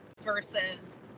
versus